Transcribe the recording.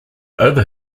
over